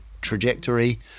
trajectory